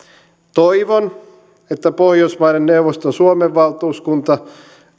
toivon että pohjoismaiden neuvoston suomen valtuuskunta